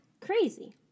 crazy